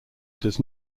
does